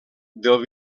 del